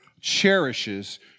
cherishes